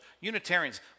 Unitarians